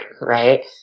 right